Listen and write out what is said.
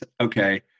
okay